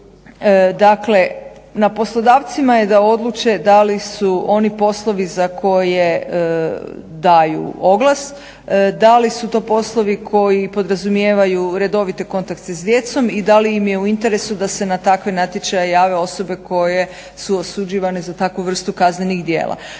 Dakle, na poslodavcima je da odluče da li su oni poslovi za koje daju oglas da li su to poslovi koji podrazumijevaju redovite kontakte s djecom i da li im je u interesu da se na takve natječaje jave osobe koje su osuđivane za takvu vrstu kaznenih djela.